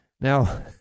Now